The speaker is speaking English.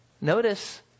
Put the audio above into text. Notice